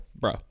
Bro